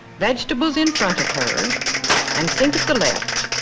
vegetables in front of her and sink at the left.